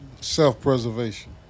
Self-preservation